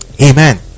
Amen